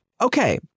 Okay